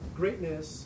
greatness